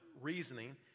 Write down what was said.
reasoning